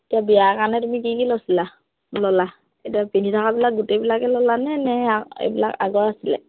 এতিয়া বিয়াাৰ কাৰণে তুমি কি কি লৈছিলা ল'লা এতিয়া পিন্ধি থাকাবিলাক গোটেইবিলাকে ল'লানে নে এইবিলাক আগৰ আছিলে